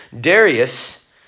Darius